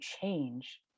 change